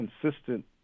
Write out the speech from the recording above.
consistent